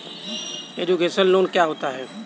Education loan क्या होता है?